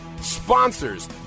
sponsors